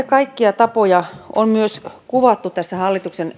kaikkia tapoja on myös kuvattu tässä hallituksen